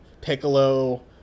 Piccolo